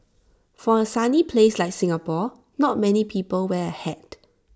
for A sunny place like Singapore not many people wear A hat